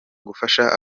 gufasha